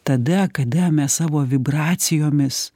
tada kada mes savo vibracijomis